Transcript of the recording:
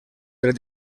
tret